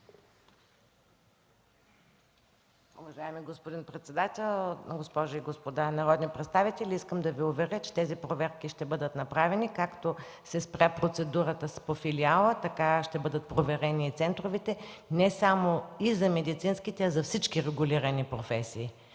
Уважаеми господин председател, госпожи и господа народни представители! Искам да Ви уверя, че тези проверки ще бъдат направени. Както се спря процедурата по филиала, така ще бъдат проверени и центровете – не само за медицинските, а за всички регулирани професии.